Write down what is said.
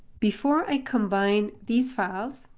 before i combine these files,